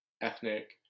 ethnic